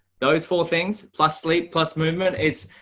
those four things plus sleep plus movement, it's,